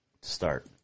start